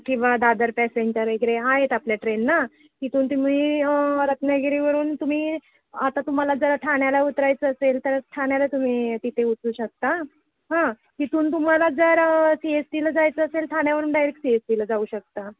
किंवा दादर पॅसेंजर वगैरे आहेत आपल्या ट्रेन ना तिथून तुम्ही रत्नागिरीवरून तुम्ही आता तुम्हाला जर ठाण्याला उतरायचं असेल तर ठाण्याला तुम्ही तिथे उतरू शकता हां तिथून तुम्हाला जर सी एस टीला जायचं असेल ठाण्यावरून डायरेक्ट सी एस टीला जाऊ शकता